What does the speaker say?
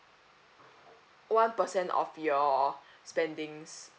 one percent of your spendings